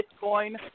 Bitcoin